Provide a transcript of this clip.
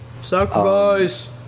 sacrifice